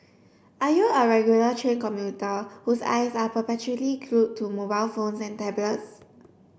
are you a regular train commuter whose eyes are perpetually glue to mobile phones and tablets